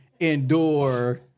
endure